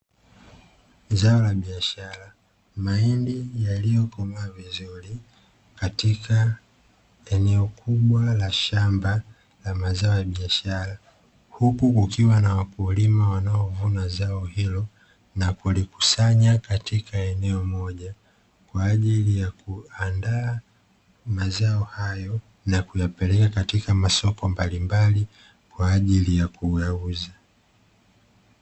Zao la biashara. Mahindi yaliyokomaa vizuri katika eneo kubwa la shamba la mazao ya biashara, huku kukiwa na wakulima wanaovuna zao hilo na kulikusanya katika eneo moja kwa ajili ya kuandaa mazao hayo na kuyapeleka katika masoko mbalimbali kwa ajili ya kuyauza.